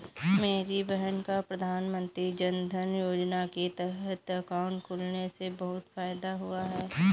मेरी बहन का प्रधानमंत्री जनधन योजना के तहत अकाउंट खुलने से बहुत फायदा हुआ है